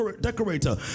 decorator